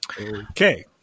Okay